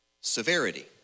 severity